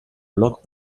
blog